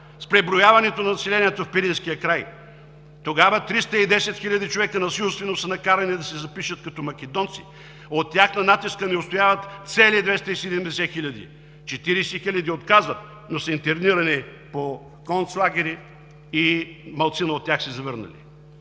с преброяването на населението в Пиринския край. Тогава 310 хиляди човека насилствено са накарани да се запишат като македонци. От тях на натиска не устояват цели 270 хиляди. Четиридесет хиляди отказват, но са интернирани по концлагери и малцина от тях се завръщат.